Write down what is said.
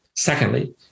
Secondly